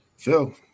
Phil